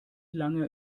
lange